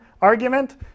argument